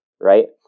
right